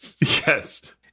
Yes